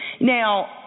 now